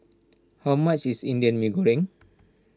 how much is Indian Mee Goreng